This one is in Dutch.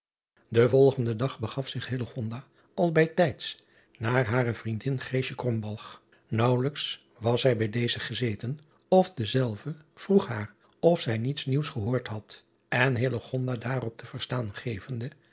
en volgenden dag begaf zich al bij tijds naar hare vriendin aauwelijks was zij bij deze gezeten of dezelve vroeg haar ofzij niets nieuws gehoord had en daarop te verstan gevende